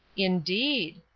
indeed!